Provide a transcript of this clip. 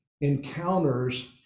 encounters